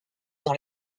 dans